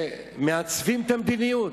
ומעצבים את המדיניות.